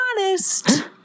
honest